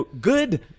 Good